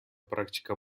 практика